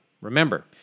Remember